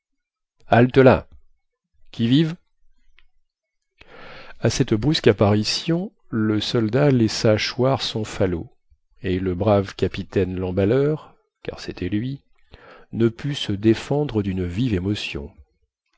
halte-là qui vive à cette brusque apparition le soldat laissa choir son falot et le brave capitaine lemballeur car cétait lui ne put se défendre dune vive émotion